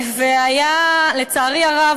לצערי הרב,